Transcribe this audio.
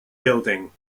building